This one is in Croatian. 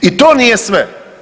I to nije sve!